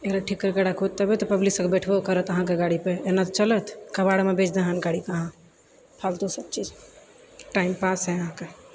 एकरा ठीक करिके राखु तबे तऽ पब्लिक सब बैठबो करत अहाँकेँ गाड़ी पर एना चलत कबाड़मे बेच दहन गाड़ीके अहाँ फालतू सब चीज टाइमपास है अहाँकेँ